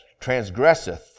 transgresseth